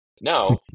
No